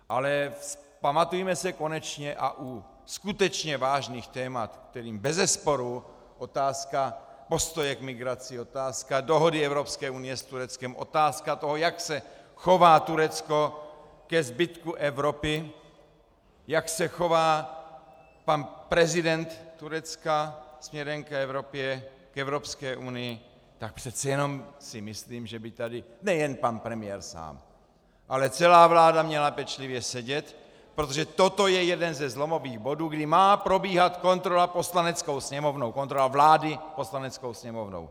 Ale vzpamatujme se konečně a u skutečně vážných témat, kterým bezesporu otázka postoje k migraci, otázka dohody Evropské unie s Tureckem, otázka toho, jak se chová Turecko ke zbytku Evropy, jak se chová pan prezident Turecka směrem k Evropě, k Evropské unii, tak přeci jenom si myslím, že by tu nejen pan premiér sám, ale celá vláda měli pečlivě sedět, protože toto je jeden ze zlomových bodů, kdy má probíhat kontrola Poslaneckou sněmovnou, kontrola vlády Poslaneckou sněmovnou.